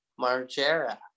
margera